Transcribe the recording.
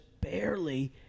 barely